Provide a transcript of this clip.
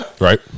Right